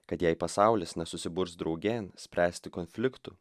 kad jei pasaulis nesusiburs draugėn spręsti konfliktų